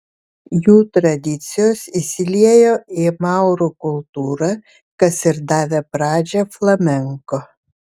jų tradicijos įsiliejo į maurų kultūrą kas ir davė pradžią flamenko